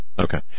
Okay